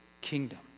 kingdom